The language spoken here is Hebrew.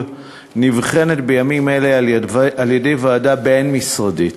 נבחנת בימים אלה על-ידי ועדה בין-משרדית,